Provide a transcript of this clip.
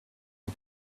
and